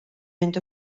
fynd